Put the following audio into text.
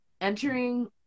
entering –